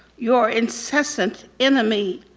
your incessant enemy.